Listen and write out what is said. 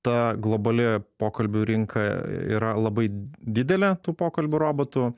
ta globali pokalbių rinka yra labai didelė tų pokalbių robotų